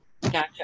Gotcha